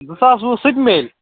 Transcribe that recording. زٕ ساس وُہ سُہ تہِ میٚلہِ